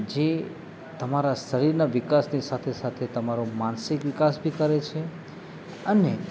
જે તમારા શરીરના વિકાસની સાથે સાથે તમારો માનસિક વિકાસ બી કરે છે અને